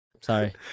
Sorry